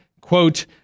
quote